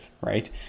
right